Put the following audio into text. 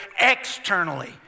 externally